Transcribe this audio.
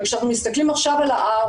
וכשאנחנו מסתכלים עכשיו על ה-R,